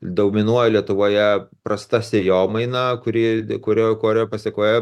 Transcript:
douminuoja lietuvoje prasta sėjomaina kuri korio korio pasekoje